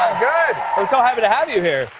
good. i'm so happy to have you here.